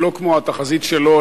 שלא כמו התחזית שלו,